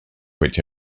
which